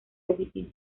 edificio